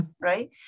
right